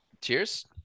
Cheers